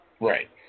Right